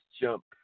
jump